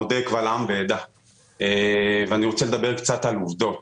מודה קבל עם ועדה ואני רוצה לדבר על עובדות.